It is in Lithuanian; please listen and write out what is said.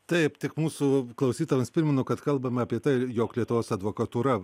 taip tik mūsų klausytojams primenu kad kalbame apie tai jog lietuvos advokatūra